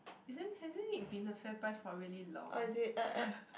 isn't hasn't it been a Fairprice for really long